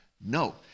No